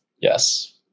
Yes